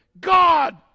God